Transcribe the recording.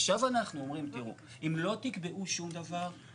עכשיו אנחנו אומרים תראו, אם לא תקבעו שום דבר.